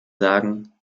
sagen